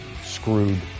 screwed